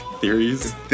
Theories